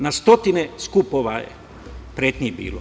Na stotine skupova je pretnji bilo.